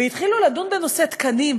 והתחילו לדון בנושא התקנים,